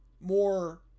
more